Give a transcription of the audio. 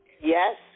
Yes